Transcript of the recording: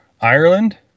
Ireland